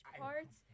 parts